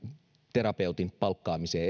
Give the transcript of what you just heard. terapeutin palkkaamiseen